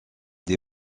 des